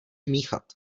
míchat